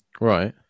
Right